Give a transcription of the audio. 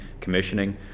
commissioning